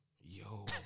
Yo